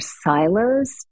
silos